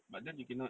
but then you cannot